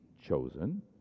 chosen